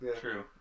true